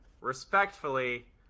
respectfully